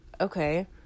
okay